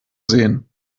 sehen